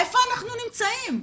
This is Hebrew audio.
איפה אנחנו נמצאים?